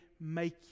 make